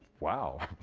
wow,